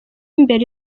mbere